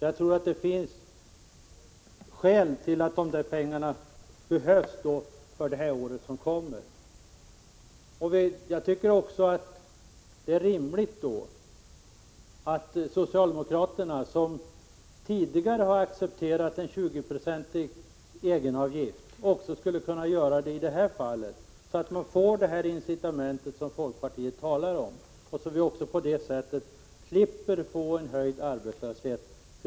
Jag tror alltså att pengarna behövs för det kommande året. Det är rimligt att socialdemokraterna, som tidigare har accepterat en 20-procentig egenavgift, också gör det i detta fall. Därmed skapas det incitament som folkpartiet talar om, och på det sättet slipper vi ökad arbetslöshet.